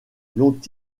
l’ont